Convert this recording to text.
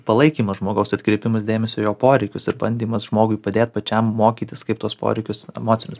palaikymas žmogaus atkreipimas dėmesio į jo poreikius ir bandymas žmogui padėt pačiam mokytis kaip tuos poreikius emocinius